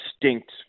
distinct